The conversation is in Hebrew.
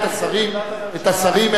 את השרים,